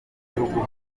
gihugu